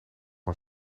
een